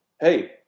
hey